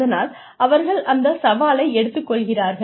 அதனால் அவர்கள் அந்த சவாலை எடுத்துக்கொள்கிறார்கள்